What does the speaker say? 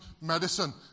medicine